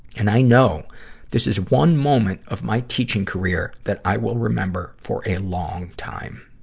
and i know this is one moment of my teaching career that i will remember for a long time.